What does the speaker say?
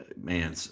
man